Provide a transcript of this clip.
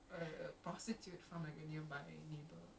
!wow! so romantic eh